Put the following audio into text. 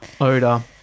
Odor